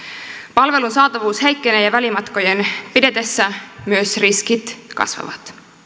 palvelun saatavuus heikkenee ja välimatkojen pidetessä myös riskit kasvavat